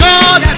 God